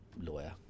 lawyer